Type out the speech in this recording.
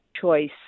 choice